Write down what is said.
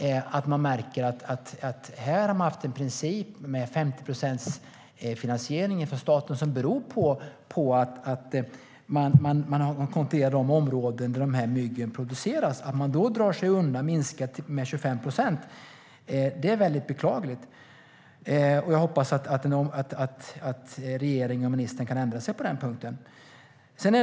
Det har varit en princip med en 50-procentsfinansiering från staten som beror på att man har gått igenom de områden där myggen produceras. Att man minskar detta med 25 procent är väldigt beklagligt. Jag hoppas att regeringen och ministern kan ändra sig på den punkten.